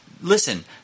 listen